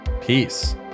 Peace